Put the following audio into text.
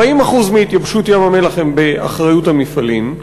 40% מהתייבשות ים-המלח הם באחריות המפעלים.